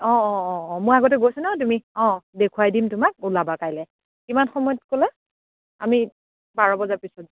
অ' অ' অ মই আগতে গৈছোঁ নহয় তুমি অ' দেখুৱাই দিম তোমাক ওলাবা কাইলৈ কিমান সময়ত ক'লা আমি বাৰ বজাৰ পিছত